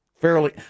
fairly